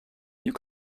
you